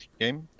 game